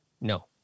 no